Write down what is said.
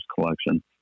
collection